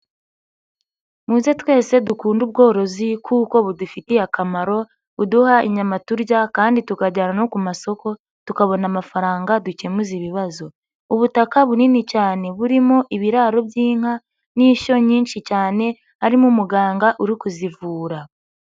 Muze twese dukunde ubworozi kuko budufitiye akamaro, buduha inyama turya kandi tukajyana no ku masoko tukabona amafaranga dukemuza ibibazo. Ubutaka bunini cyane burimo ibiraro by'inka n'inshyo nyinshi cyane, harimo umuganga uri kuzivura.